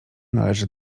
należy